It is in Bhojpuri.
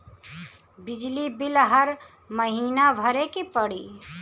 बिजली बिल हर महीना भरे के पड़ी?